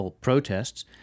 protests